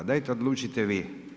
Dajte odlučite vi.